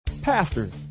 Pastors